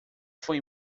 foi